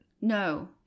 No